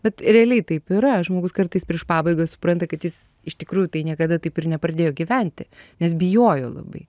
bet realiai taip yra žmogus kartais prieš pabaigą supranta kad jis iš tikrųjų tai niekada taip ir nepradėjo gyventi nes bijojo labai